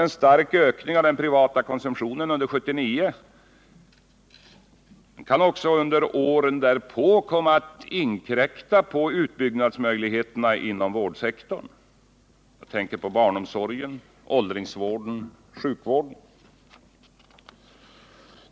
En stark ökning av den privata konsumtionen under 1979 kan också under de följande åren komma att inkräkta på utbyggnadsmöjligheterna inom vårdsektorn. Jag tänker på barnomsorgen, åldringsvården och sjukvården.